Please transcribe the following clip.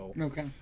Okay